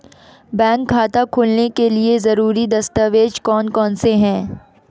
Bank खाता खोलने के लिए ज़रूरी दस्तावेज़ कौन कौनसे हैं?